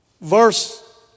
Verse